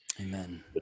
Amen